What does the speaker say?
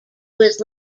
was